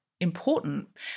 important